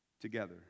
together